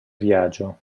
viaggio